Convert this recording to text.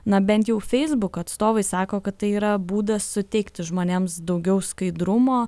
na bent jau facebook atstovai sako kad tai yra būdas suteikti žmonėms daugiau skaidrumo